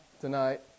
tonight